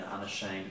unashamed